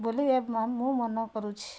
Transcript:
ବୋଲି ମୁଁ ମନେ କରୁଛି